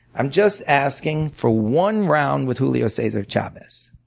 i'm just asking for one round with julio cesar chavez.